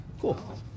Cool